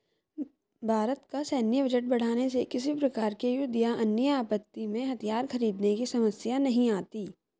भारत का सैन्य बजट बढ़ाने से किसी प्रकार के युद्ध या अन्य आपत्ति में हथियार खरीदने की समस्या नहीं आती